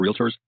Realtors